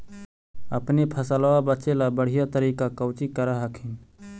अपने फसलबा बचे ला बढ़िया तरीका कौची कर हखिन?